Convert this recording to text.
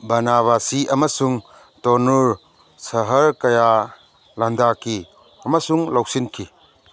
ꯕꯥꯅꯥꯕꯥꯁꯤ ꯑꯃꯁꯨꯡ ꯇꯣꯅꯨꯔ ꯁꯍꯔ ꯀꯌꯥ ꯂꯥꯟꯗꯥꯈꯤ ꯑꯃꯁꯨꯡ ꯂꯧꯁꯤꯟꯈꯤ